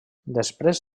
després